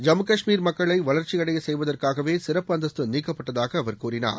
ஜம்மு காஷ்மீர் மக்களை வளர்ச்சியடைய செய்வதற்காகவே சிறப்பு அந்தஸ்து நீக்கப்பட்டதாக அவர் கூறினார்